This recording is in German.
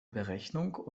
berechnung